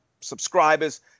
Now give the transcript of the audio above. subscribers